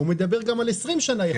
הוא מדבר גם על 20 שנים.